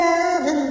Love